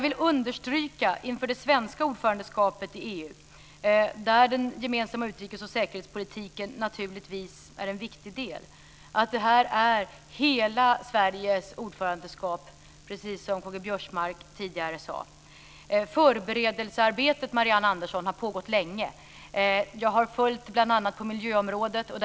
Inför det svenska ordförandeskapet i EU, där den gemensamma utrikes och säkerhetspolitiken naturligtvis är en viktig del, vill jag understryka att det är hela Sveriges ordförandeskap, precis som K-G Biörsmark tidigare sade. Förberedelsearbetet, Marianne Andersson, har pågått länge. Jag har följt det bl.a. på miljöområdet.